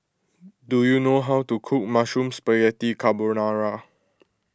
do you know how to cook Mushroom Spaghetti Carbonara